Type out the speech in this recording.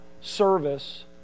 service